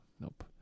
Nope